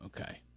Okay